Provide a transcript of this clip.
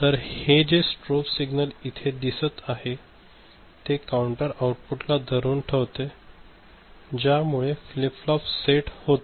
तर हे जे स्ट्रोब सिग्नल इथे दिसत आहे हे काउंटर आउटपुट ला धरून ठवते ज्या मुले फ्लिप फ्लॉप सेट होतो